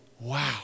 wow